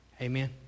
Amen